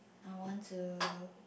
I want to